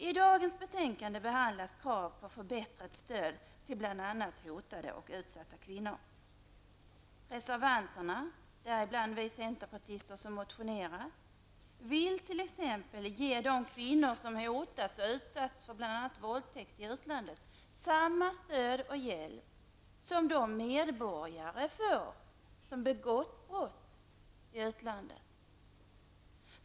I dagens betänkande behandlas krav på en förbättring av stödet till bl.a. hotade och utsatta kvinnor. Reservanterna, däribland vi centerpartister som har motionerat, vill t.ex. ge de kvinnor som har hotats med eller utsatts för bl.a. våldtäkt i utlandet samma stöd och hjälp som de medborgare får som har begått brott i utlandet.